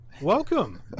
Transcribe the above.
welcome